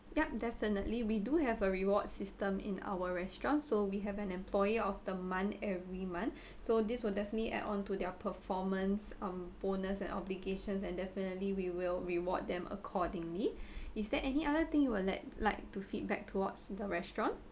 yup definitely we do have a reward system in our restaurants so we have an employee of the month every month so this will definitely add on to their performance on bonus and obligations and definitely we will reward them accordingly is there any other thing you would let like to feedback towards the restaurant